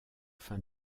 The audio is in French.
fin